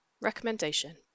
Recommendation